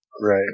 Right